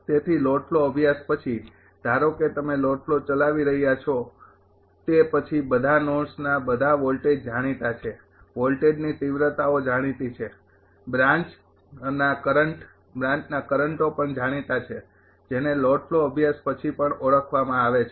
તેથી load flow અભ્યાસ પછી ધારો કે તમે લોડ ફ્લો ચલાવી રહ્યા છો તે પછી બધા નોડ્સના બધા વોલ્ટેજ જાણીતા છે વોલ્ટેજની તિવ્રતાઓ જાણીતી છે બ્રાન્ચના કરંટ બ્રાન્ચના કરંટો પણ જાણીતા છે જેને લોડ ફ્લો અભ્યાસ પછી પણ ઓળખવામાં આવે છે